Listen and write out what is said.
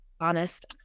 honest